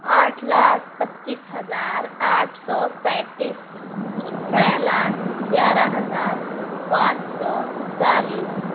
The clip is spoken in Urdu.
آٹھ لاکھ پچیس ہزار آٹھ سو پینتس چھ لاکھ گیارہ ہزار پانچ سو چالیس